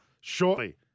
shortly